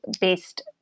based